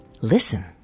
Listen